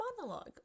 monologue